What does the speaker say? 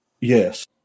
Yes